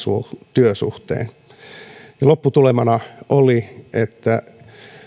työsuhteen ja lopputulemana oli että